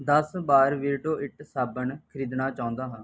ਦਸ ਬਾਰ ਬਿਰਡੋ ਇੱਟ ਸਾਬਣ ਖ਼ਰੀਦਣਾ ਚਾਹੁੰਦਾ ਹਾਂ